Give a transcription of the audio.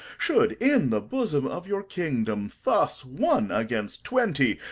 should in the bosom of your kingdom thus, one against twenty,